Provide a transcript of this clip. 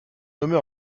nommée